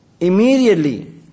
immediately